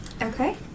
Okay